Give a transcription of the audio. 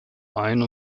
ein